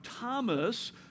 Thomas